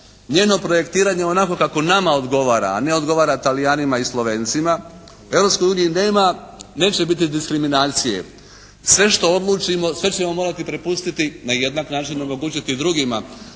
njeno projektiranje onako kako nama odgovara a ne odgovara Talijanima i Slovencima u Europskoj uniji neće biti diskriminacije. Sve što odlučimo sve ćemo morati prepustiti, na jednak način omogućiti i drugima.